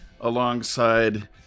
Alongside